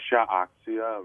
šią akciją